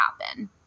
happen